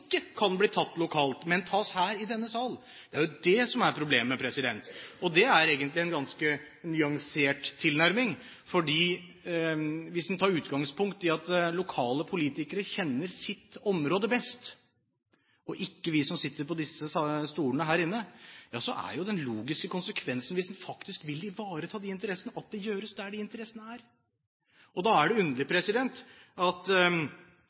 denne sal, er det som er problemet. Det er egentlig en ganske nyansert tilnærming. Hvis en tar utgangspunkt i at lokale politikere kjenner sitt område best, og ikke vi som sitter på stolene her inne, er den logiske konsekvensen hvis en vil ivareta de interessene, at det gjøres der de interessene er. Det er underlig at representanten Breen ikke har fått med seg eksemplene om at